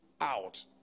out